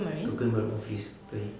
tokio marine office 对